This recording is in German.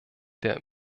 der